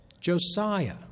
Josiah